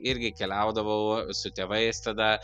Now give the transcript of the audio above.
irgi keliaudavau su tėvais tada